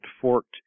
forked